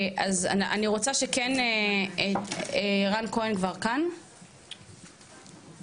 אני רוצה לפתוח במנכ"ל הפורום לדיור הציבורי,